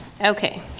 Okay